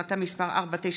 החלטה מס' 4925,